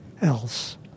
else